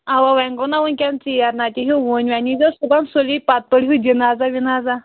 اَوا وۅنۍ گوٚو نا وُنکٮ۪ن ژیر نَتہٕ ییٖہوٗ وُنۍ وۅنۍ ییٖزیٚو صُبَحن سُلی پَتہٕ پٔرۍہوٗس جِنازاہ وِنازاہ